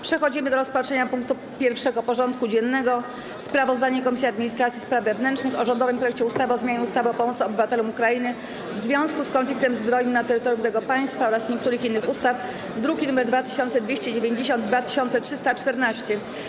Przystępujemy do rozpatrzenia punktu 1. porządku dziennego: Sprawozdanie Komisji Administracji i Spraw Wewnętrznych o rządowym projekcie ustawy o zmianie ustawy o pomocy obywatelom Ukrainy w związku z konfliktem zbrojnym na terytorium tego państwa oraz niektórych innych ustaw (druki nr 2290 i 2314)